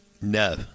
No